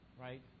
Right